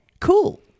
cool